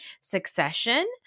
Succession